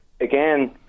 Again